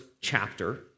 chapter